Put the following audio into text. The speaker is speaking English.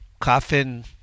Coffin